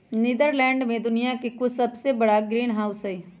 Netherlands में दुनिया के कुछ सबसे बड़ा ग्रीनहाउस हई